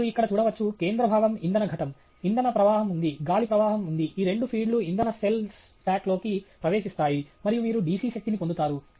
మీరు ఇక్కడ చూడవచ్చు కేంద్ర భాగం ఇంధన ఘటం ఇంధన ప్రవాహం ఉంది గాలి ప్రవాహం ఉంది ఈ రెండు ఫీడ్లు ఇంధన సెల్ స్టాక్లోకి ప్రవేశిస్తాయి మరియు మీరు DC శక్తిని పొందుతారు